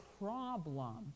problem